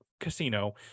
casino